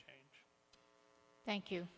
change thank you